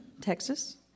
Texas